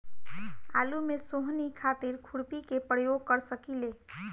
आलू में सोहनी खातिर खुरपी के प्रयोग कर सकीले?